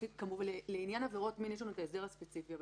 לעניין עבירות מין יש ההסדר הספציפי,